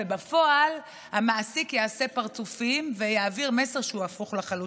ובפועל המעסיק יעשה פרצופים ויעביר מסר שהוא הפוך לחלוטין.